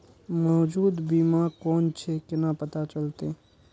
मौजूद बीमा कोन छे केना पता चलते?